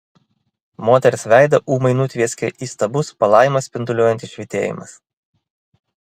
moters veidą ūmai nutvieskė įstabus palaimą spinduliuojantis švytėjimas